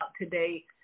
today